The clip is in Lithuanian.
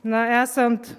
na esant